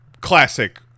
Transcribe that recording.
classic